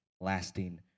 lasting